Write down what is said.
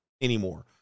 anymore